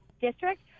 district